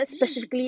!ee!